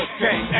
Okay